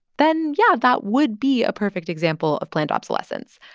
then yeah, that would be a perfect example of planned obsolescence.